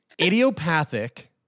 Idiopathic